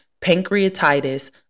pancreatitis